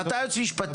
אתה יועץ משפטי.